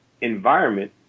environment